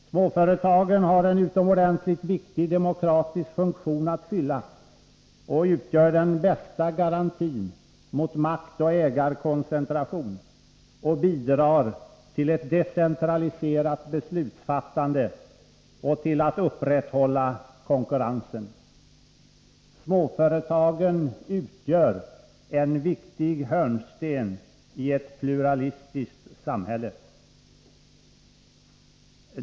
Småföretagen har en utomordentligt viktig demokratisk funktion att fylla och utgör den bästa garantin mot maktoch ägarkoncentration och bidrar till ett decentraliserat beslutsfattande och till att upprätthålla konkurrensen. Småföretagen utgör en viktig hörnsten i ett pluralistiskt samhälle.